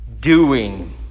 doing